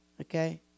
Okay